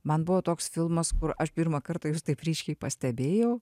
man buvo toks filmas kur aš pirmą kartą jus taip ryškiai pastebėjau